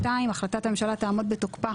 (2), החלטת הממשלה תעמוד בתוקפה